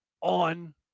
on